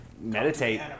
meditate